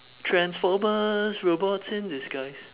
transformers robots in disguise